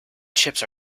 chips